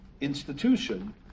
institution